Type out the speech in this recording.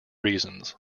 reasons